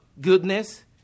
goodness